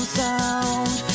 sound